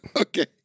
Okay